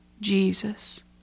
Jesus